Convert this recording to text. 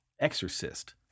Exorcist